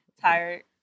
tired